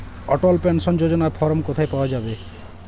অটল pension যোজনার form কোথায় পাওয়া যাবে?